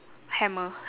hammer